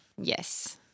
Yes